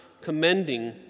commending